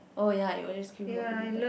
oh ya you will just queue for goodie bag